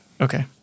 Okay